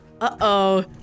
Uh-oh